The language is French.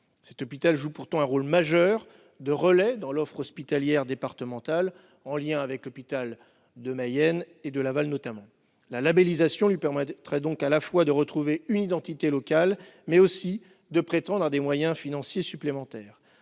Cet hôpital joue pourtant un rôle majeur de relais dans l'offre hospitalière départementale, en lien notamment avec le centre hospitalier du Nord-Mayenne et celui de Laval. La labellisation lui permettrait non seulement de retrouver une identité locale, mais aussi de prétendre à des moyens financiers supplémentaires.